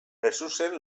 jesusen